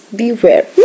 beware